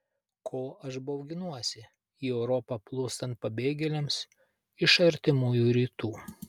ko aš bauginuosi į europą plūstant pabėgėliams iš artimųjų rytų